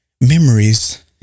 memories